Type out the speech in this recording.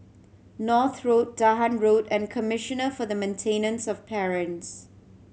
North Road Dahan Road and Commissioner for the Maintenance of Parents